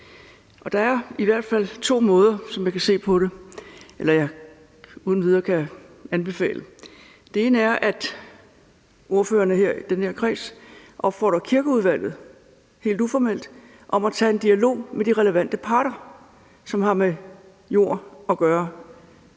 Der er i hvert fald to måder, som jeg uden videre kan anbefale. Den ene er, at ordførerne her i den her kreds opfordrer Kirkeudvalget helt uformelt til at tage en dialog med de relevante parter, som har med kirkens jord at gøre,